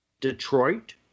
Detroit